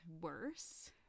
worse